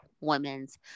women's